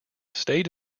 stayed